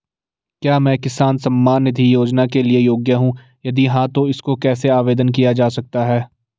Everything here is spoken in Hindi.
क्या मैं किसान सम्मान निधि योजना के लिए योग्य हूँ यदि हाँ तो इसको कैसे आवेदन किया जा सकता है?